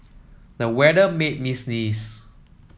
the weather made me sneeze